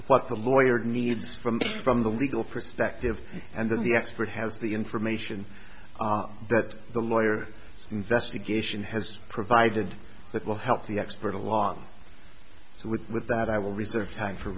what the lawyer needs from from the legal perspective and then the expert has the information that the lawyer investigation has provided that will help the expert a lot so with that i will reserve time for